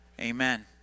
Amen